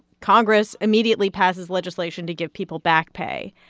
congress immediately passes legislation to give people back pay.